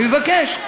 אני מבקש.